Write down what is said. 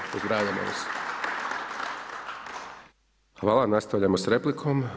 Pozdravljamo vas. Hvala, nastavljamo s replikom.